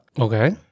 Okay